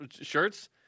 shirts